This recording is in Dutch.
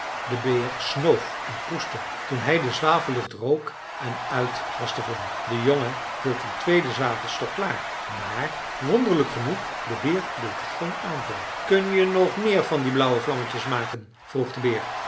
de beer snoof en proeste toen hij de zwavellucht rook en uit was de vlam de jongen hield een tweede zwavelstok klaar maar wonderlijk genoeg de beer deed geen aanval kun je nog meer van die blauwe vlammetjes maken vroeg de beer